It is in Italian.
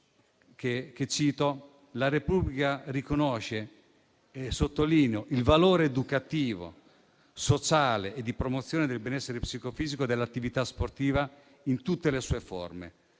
«La Repubblica riconosce» - e lo sottolineo - «il valore educativo, sociale e di promozione del benessere psicofisico dell'attività sportiva in tutte le sue forme».